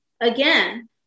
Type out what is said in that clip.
again